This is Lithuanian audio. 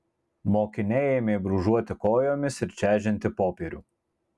mokiniai ėmė brūžuoti kojomis ir čežinti popierių